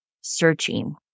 searching